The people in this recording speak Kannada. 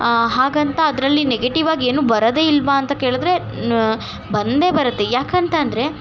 ಹಾಗಂತ ಅದರಲ್ಲಿ ನೆಗೆಟಿವಾಗಿ ಏನು ಬರೋದೇ ಇಲ್ವ ಅಂತ ಕೇಳಿದ್ರೆ ಬಂದೇ ಬರುತ್ತೆ ಯಾಕಂತಂದರೆ